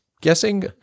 Guessing